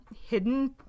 hidden